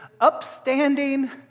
upstanding